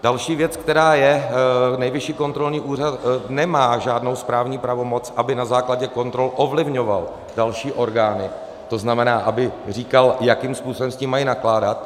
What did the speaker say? Další věc, která je, Nejvyšší kontrolní úřad nemá žádnou správní pravomoc, aby na základě kontrol ovlivňoval další orgány, to znamená, aby říkal, jakým způsobem s tím mají nakládat.